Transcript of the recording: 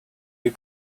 you